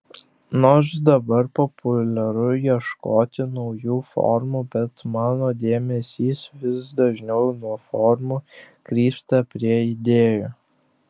nors dabar populiaru ieškoti naujų formų bet mano dėmesys vis dažniau nuo formų krypsta prie idėjų